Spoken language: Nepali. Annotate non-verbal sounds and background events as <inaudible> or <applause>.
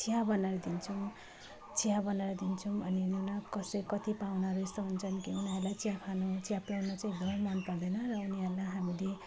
चिया बनाएर दिन्छौँ चिया बनाएर दिन्छौँ अनि <unintelligible> कसै कति पाहुनाहरू यस्तो हुन्छन् कि उनीहरूलाई चिया खानु चिया पिउनु चाहिँ एकदमै मन पर्दैन र उनीहरूलाई हामीले